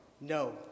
No